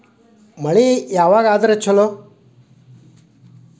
ಮಳಿ ಯಾವಾಗ ಆದರೆ ಛಲೋ?